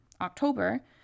October